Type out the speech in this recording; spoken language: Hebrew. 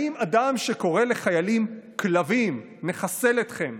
האם אדם שקורא לחיילים "כלבים, נחסל אתכם"